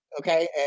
okay